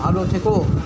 ভালো থেকো